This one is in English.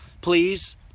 please